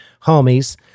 homies